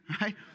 right